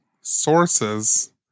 sources